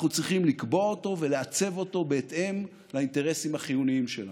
אנחנו צריכים לקבוע אותו ולעצב אותו בהתאם לאינטרסים החיוניים שלנו.